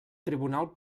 tribunal